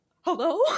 hello